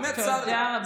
באמת צר לי,